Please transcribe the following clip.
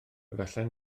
efallai